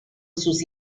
sus